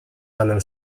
panem